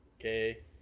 Okay